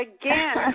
again